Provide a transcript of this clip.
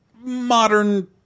modern